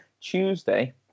Tuesday